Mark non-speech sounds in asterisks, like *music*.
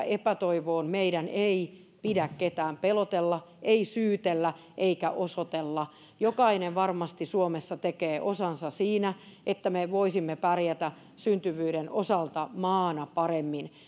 *unintelligible* että meidän ei pidä ketään pelotella ei syytellä eikä osoitella jokainen varmasti suomessa tekee osansa siinä että me voisimme pärjätä syntyvyyden osalta maana paremmin